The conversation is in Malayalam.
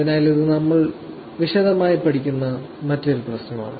അതിനാൽ ഇത് നമ്മൾ വിശദമായി പഠിക്കുന്ന മറ്റൊരു പ്രശ്നമാണ്